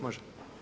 Može.